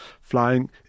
flying